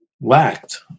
whacked